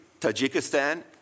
Tajikistan